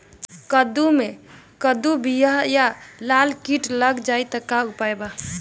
कद्दू मे कद्दू विहल या लाल कीट लग जाइ त का उपाय बा?